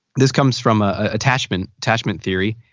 this comes from ah attachment attachment theory,